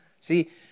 See